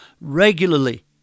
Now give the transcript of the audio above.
regularly